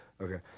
Okay